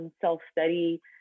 self-study